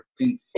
working